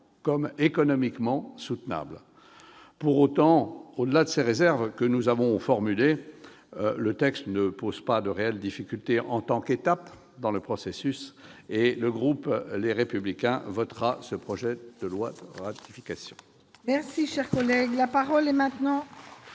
comme économiquement soutenable. Pour autant, au-delà des réserves que nous avons formulées, le texte ne pose pas de réelles difficultés en tant qu'étape du processus. C'est pourquoi le groupe Les Républicains votera en faveur du présent projet de loi de ratification.